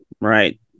Right